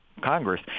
Congress